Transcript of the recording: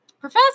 Professor